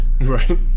Right